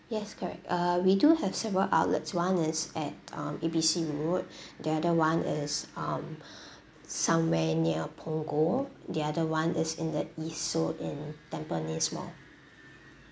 yes correct uh we do have several outlets one is at um A B C road the other one is um somewhere near punggol the other one is in the east so in tampines mall